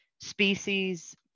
species